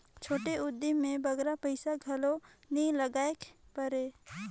छोटे उदिम में बगरा पइसा घलो नी लगाएक परे